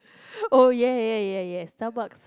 oh ya ya ya yes Starbucks